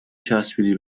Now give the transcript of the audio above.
چسبیدی